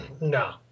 no